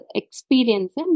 experience